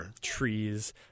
trees